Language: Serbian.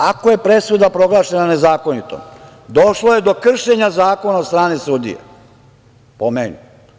Ako je presuda proglašena nezakonitom, došlo je do kršenja zakona od strane sudije, po meni.